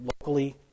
locally